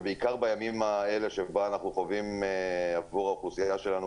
ובעיקר בימים האלה שבהם אנחנו חווים עבור האוכלוסייה שלנו